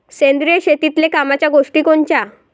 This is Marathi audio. सेंद्रिय शेतीतले कामाच्या गोष्टी कोनच्या?